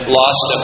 lost